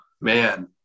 man